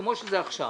כמו שזה עכשיו,